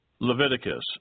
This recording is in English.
Leviticus